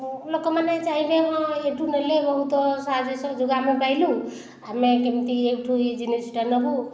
ଲୋକମାନେ ଚାହିଁବେ ହଁ ଏଇଠୁ ନେଲେ ବହୁତ ସାହାଯ୍ୟ ସହଯୋଗ ଆମେ ପାଇଲୁ ଆମେ କେମିତି ଏଇଠୁ ଏହି ଜିନିଷଟା ନେବୁ